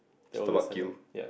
it's the